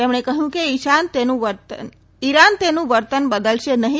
તેમણે કહ્યું કે ઈરાન તેનું વર્તન બદલશે નહીં